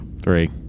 Three